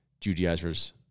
Judaizers